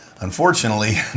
unfortunately